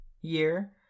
year